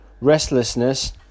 restlessness